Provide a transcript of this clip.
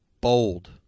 Bold